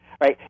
right